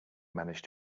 managed